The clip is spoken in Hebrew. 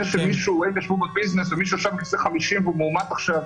זה שמישהו רואה --- ביזנס ומישהו עכשיו יוצא 50 והוא מאומת עכשיו.